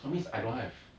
for me is I don't have